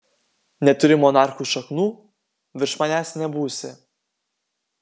neturi monarchų šaknų virš manęs nebūsi